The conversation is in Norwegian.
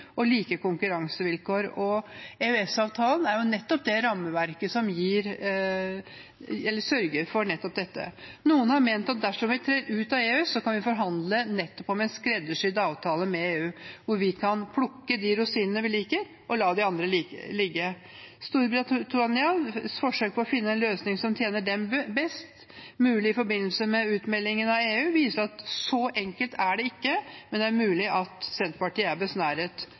og like konkurransevilkår. EØS-avtalen er rammeverket som sørger for nettopp dette. Noen har ment at dersom vi trer ut av EØS, kan vi forhandle om en skreddersydd avtale med EU, hvor vi kan plukke de rosinene vi liker, og la de andre ligge. Storbritannias forsøk på finne en løsning som tjener dem best mulig i forbindelse med utmeldingen av EU, viser at det ikke er så enkelt, men det er mulig at Senterpartiet er besnæret